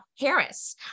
Harris